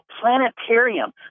planetarium